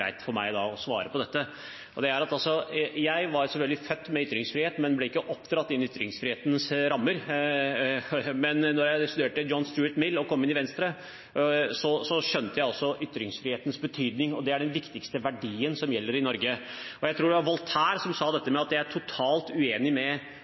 Jeg var selvfølgelig født med ytringsfrihet, men ble ikke oppdratt innenfor ytringsfrihetens rammer. Da jeg studerte John Stuart Mill og kom inn i Venstre, skjønte jeg også ytringsfrihetens betydning. Det er den viktigste verdien som gjelder i Norge. Jeg tror det var Voltaire som sa: